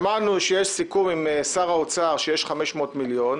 שמענו שיש סיכום עם שר האוצר שיש 500 מיליון.